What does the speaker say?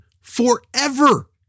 forever